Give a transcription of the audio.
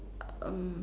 um